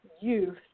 youth